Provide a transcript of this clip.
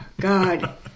God